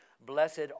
blessed